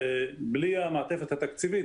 בלי המעטפת התקציבית,